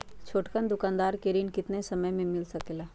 छोटकन दुकानदार के ऋण कितने समय मे मिल सकेला?